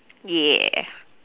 yeah